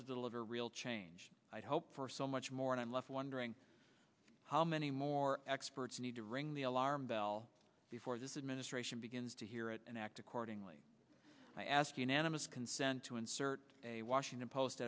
to deliver real change i'd hope for so much more and i'm left wondering how many more experts need to ring the alarm bell before this administration begins to hear it and act accordingly i ask unanimous consent to insert a washington post